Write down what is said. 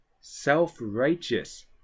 self-righteous